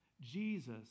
Jesus